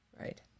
right